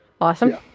Awesome